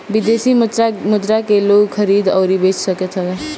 विदेशी मुद्रा के लोग खरीद अउरी बेच सकत हवे